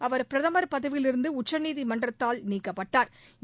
அவர் பிரதம் பதவியிலிருந்து உச்சநீதிமன்றத்தால் நீக்கப்பட்டாா்